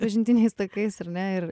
pažintiniais takais ar ne ir